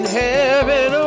heaven